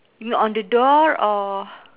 you mean on the door or